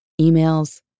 emails